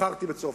בחרתי בצרפתית.